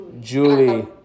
Julie